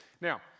Now